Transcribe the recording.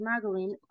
smuggling